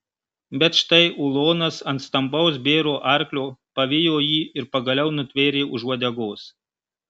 bet štai ulonas ant stambaus bėro arklio pavijo jį ir pagaliau nutvėrė už uodegos